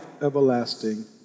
everlasting